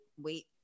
wait